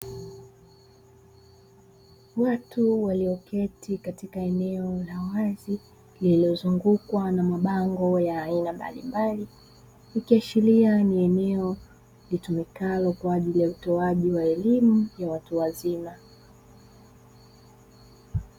Watu walioketi katika eneo la wazi, lililozungukwa na mabango ya aina mbalimbali; ikiashiria ni eneo litumikalo kwa ajili ya utoaji wa elimu ya watu wazima.